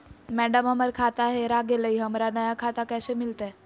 madam, हमर खाता हेरा गेलई, हमरा नया खाता कैसे मिलते